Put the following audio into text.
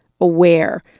aware